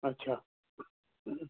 अच्छा